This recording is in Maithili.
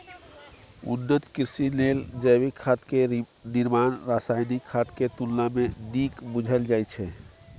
उन्नत कृषि लेल जैविक खाद के निर्माण रासायनिक खाद के तुलना में नीक बुझल जाइ छइ